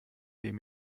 dem